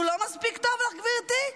הוא לא מספיק טוב לך, גברתי?